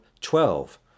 twelve